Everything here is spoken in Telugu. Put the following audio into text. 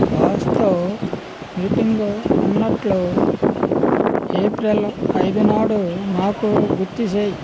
బాస్తో మీటింగ్ ఉన్నట్లు ఏప్రిల్ ఐదునాడు నాకు గుర్తుచేయి